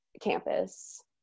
campus